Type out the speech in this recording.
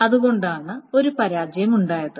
അതുകൊണ്ടാണ് ഒരു പരാജയം ഉണ്ടായത്